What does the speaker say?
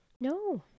no